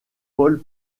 paul